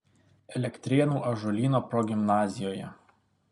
elektrėnų ąžuolyno progimnazijoje